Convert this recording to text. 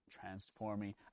transforming